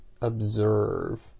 observe